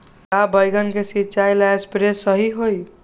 का बैगन के सिचाई ला सप्रे सही होई?